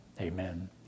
Amen